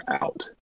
out